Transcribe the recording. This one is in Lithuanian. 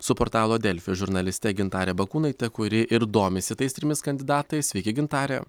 su portalo delfi žurnaliste gintarė bakūnaitė kuri ir domisi tais trimis kandidatais sveiki gintare